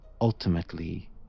ultimately